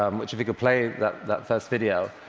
um which, if we could play that that first video